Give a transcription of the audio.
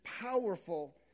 powerful